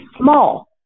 small